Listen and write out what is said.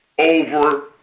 over